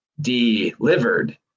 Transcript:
delivered